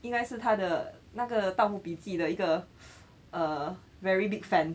应该是他的那个盗墓笔记的一个 uh very big fan